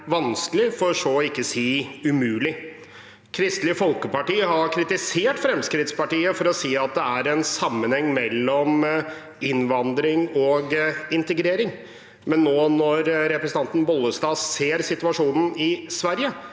vanskelig, for ikke å si umulig. Kristelig Folkeparti har kritisert Fremskrittspartiet for å si at det er en sammenheng mellom innvandring og integrering, men nå, når representanten Vervik Bollestad ser situasjonen i Sverige,